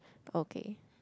okay